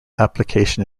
application